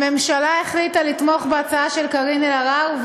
הממשלה החליטה לתמוך בהצעה של קארין אלהרר,